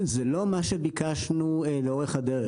זה לא מה שביקשנו לאורך הדרך.